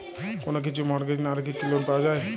কোন কিছু মর্টগেজ না রেখে কি লোন পাওয়া য়ায়?